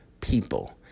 people